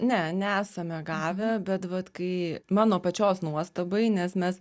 ne nesame gavę bet vat kai mano pačios nuostabai nes mes